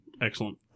Excellent